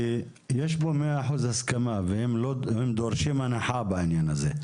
כי יש פה מאה אחוז הסכמה והם דורשים הנחה בעניין הזה.